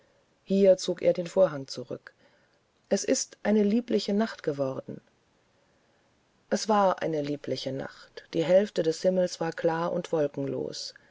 hier zog er den vorhang zurück es ist eine liebliche nacht geworden es war eine liebliche nacht die hälfte des himmels war klar und wolkenlos